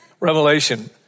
Revelation